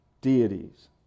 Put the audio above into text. deities